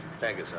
thank you,